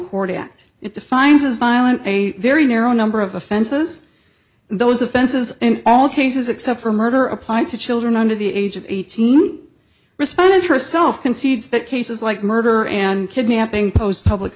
court act it signs is violent a very narrow number of offenses those offenses in all cases except for murder applied to children under the age of eighteen respond herself concedes that cases like murder and kidnapping post public